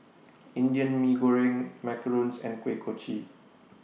Indian Mee Goreng Macarons and Kuih Kochi